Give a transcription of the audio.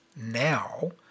now